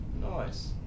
Nice